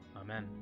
Amen